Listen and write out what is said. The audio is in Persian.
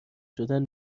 شدن